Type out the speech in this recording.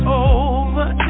over